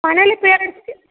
ಮನೆಲ್ಲಿ ಪೇರೆಂಟ್ಸ್ಗೆ